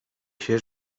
się